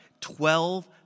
twelve